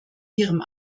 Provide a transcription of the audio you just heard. ihrem